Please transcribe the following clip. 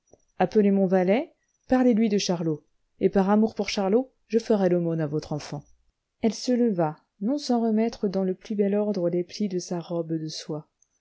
appelez mon valet parlez-lui de charlot et par amour pour charlot je ferai l'aumône à votre enfant elle se leva non sans remettre dans le plus bel ordre les plis de sa robe de soie